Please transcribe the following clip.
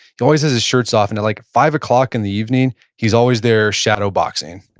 he always has his shirts off and at like five o'clock in the evening, he's always there shadowboxing,